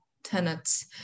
tenants